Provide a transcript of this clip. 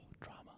drama